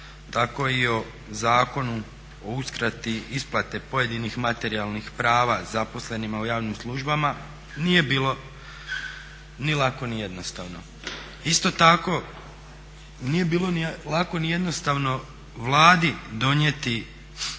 tako i o Zakonu o uskrati isplate pojedinih materijalnih prava zaposlenima u javnim službama nije bilo ni lako, ni jednostavno. Isto tako, nije bilo ni lako ni jednostavno Vladi donijeti